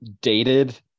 dated